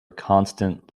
constant